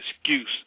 excuse